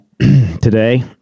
today